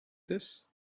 this